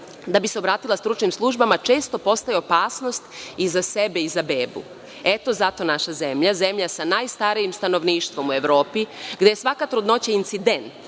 da bi se obratila stručnim službama često postaje opasnost i za sebe i za bebu. Eto, zato naša zemlja, zemlja sa najstarijim stanovništvom u Evropi gde je svaka trudnoća incident,